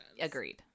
agreed